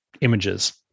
images